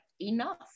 enough